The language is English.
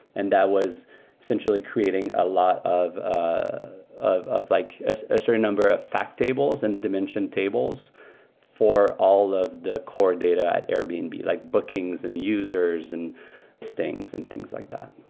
and that was essentially creating a lot of ah of like ah a certain number of fact tables and dimension tables for all of the core data at airbnb, like bookings and users and things and things like that